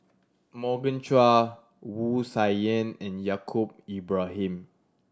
Morgan Chua Wu Tsai Yen and Yaacob Ibrahim